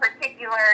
particular